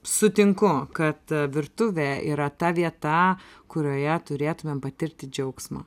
sutinku kad virtuvė yra ta vieta kurioje turėtumėm patirti džiaugsmą